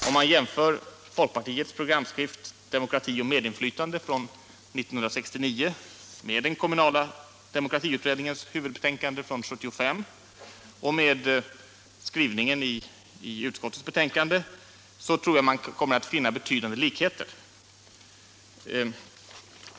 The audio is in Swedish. Om man jämför folkpartiets programskrift ”Demokrati och medinflytande” från 1969 med den kommunaldemokratiska utredningens huvudbetänkande från 1975 och med skrivningen i utskottets betänkande tror jag att man kommer att finna betydande likheter.